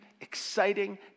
exciting